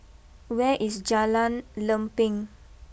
where is Jalan Lempeng